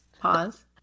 Pause